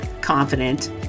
confident